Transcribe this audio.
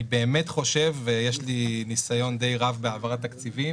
אני חושב ויש לי ניסיון די רב בהעברת תקציבים